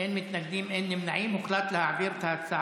ההצעה להעביר את הנושא